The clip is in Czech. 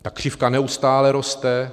Ta křivka neustále roste.